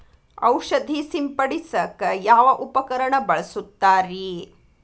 ಔಷಧಿ ಸಿಂಪಡಿಸಕ ಯಾವ ಉಪಕರಣ ಬಳಸುತ್ತಾರಿ?